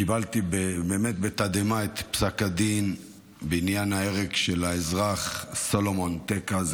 קיבלתי באמת בתדהמה את פסק הדין בעניין ההרג של האזרח סלומון טקה,